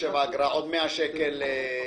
157 שקלים אגרה, עוד 100 שקל קנס.